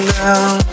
down